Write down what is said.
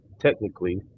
technically